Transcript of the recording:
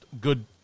good